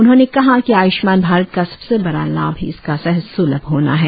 उन्होंने कहा कि आय्ष्मान भारत का सबसे बड़ा लाभ इसका सहज स्लभ होना है